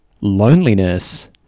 loneliness